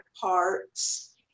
parts